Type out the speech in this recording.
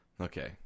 Okay